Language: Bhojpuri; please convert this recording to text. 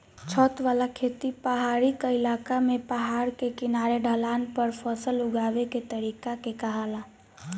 छत वाला खेती पहाड़ी क्इलाका में पहाड़ के किनारे ढलान पर फसल उगावे के तरीका के कहाला